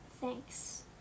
thanks